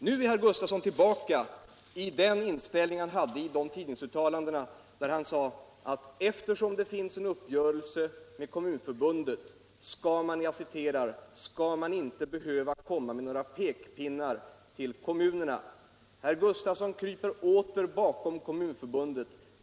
Nu är herr Gustavsson tillbaka i den inställning han hade i de tidningsuttalanden där han sade att eftersom det finns en uppgörelse med Kommunförbundet skall man inte behöva komma med några pekpinnar till kommunerna. Herr Gustavsson kryper åter bakom Kommunförbundet.